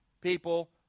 people